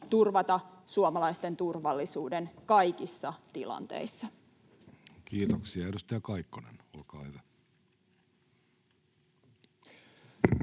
turvata suomalaisten turvallisuuden kaikissa tilanteissa. Kiitoksia. — Edustaja Kaikkonen, olkaa hyvä.